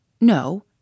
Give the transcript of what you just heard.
No